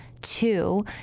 two